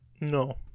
No